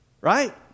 Right